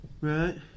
right